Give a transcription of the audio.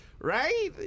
right